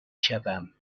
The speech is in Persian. شوم